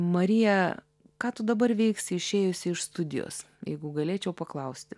marija ką tu dabar veiksi išėjusi iš studijos jeigu galėčiau paklausti